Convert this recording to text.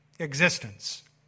existence